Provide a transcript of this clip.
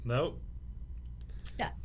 Nope